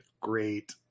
great